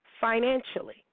financially